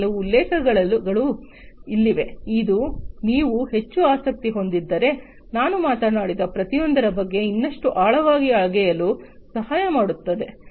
ಈ ಕೆಲವು ಉಲ್ಲೇಖಗಳು ಇಲ್ಲಿವೆ ಇದು ನೀವು ಹೆಚ್ಚು ಆಸಕ್ತಿ ಹೊಂದಿದ್ದರೆ ನಾನು ಮಾತನಾಡಿದ ಪ್ರತಿಯೊಂದರ ಬಗ್ಗೆ ಇನ್ನಷ್ಟು ಆಳವಾಗಿ ಅಗೆಯಲು ಸಹಾಯ ಮಾಡುತ್ತದೆ